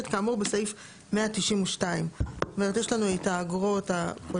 רשאי לקבוע אגרות בעד פיקוח וטרינרי במפעל,